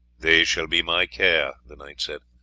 they shall be my care, the knight said.